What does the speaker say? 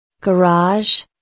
Garage